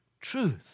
truth